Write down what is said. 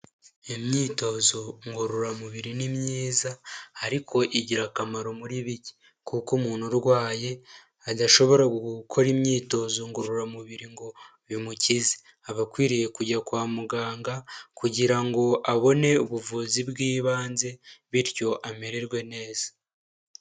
Imyitozo ngororamubiri ni myiza ariko igira akamaro muri bike kuko umuntu urwaye adashobora gukora imyitozo ngororamubiri ngo bimukize, aba akwiriye kujya kwa muganga kugira ngo abone ubuvuzi bw'ibanze bityo amererwe neza.